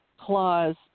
clause